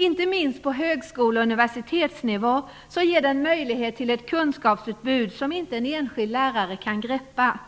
Inte minst på högskole och universitetsnivå ger den möjlighet till ett kunskapsutbud som inte en enskild lärare kan greppa.